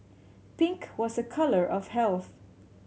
pink was a colour of health